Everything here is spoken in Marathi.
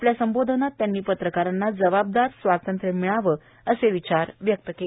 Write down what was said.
आपल्या संबोधनात त्यांनी पत्रकारांना जवाबदार स्वातंत्र्यं मिळावं असे विचार व्यक्त केले